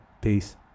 peace